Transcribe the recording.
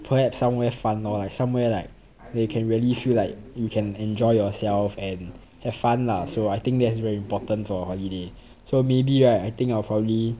perhaps somewhere fun lor like somewhere like that you can really feel like you can enjoy yourself and have fun lah so I think that's very important for holiday so maybe right I think I'll probably